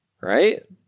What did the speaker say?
right